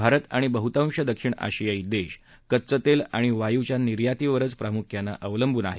भारत आणि बहुतांश दक्षिण आशियाई देश कच्चं तेल आणि वायूच्या निर्यातीवरच प्रामुख्यानं अवलंबून आहेत